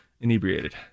inebriated